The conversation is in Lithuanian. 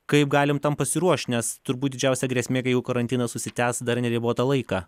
kaip galim tam pasiruošt nes turbūt didžiausia grėsmė kai karantinas užsitęs dar neribotą laiką